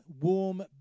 warm